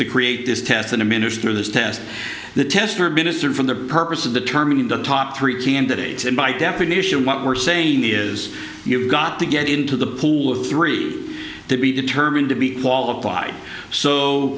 the create this test than administer this test the test or minister for the purpose of determining the top three candidates and by definition what we're saying is you've got to get into the pool of three to be determined to be qualified so